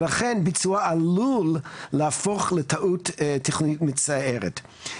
ולכן ביצוע עלול להפוך לטעות תכנונית מצערת.